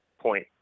point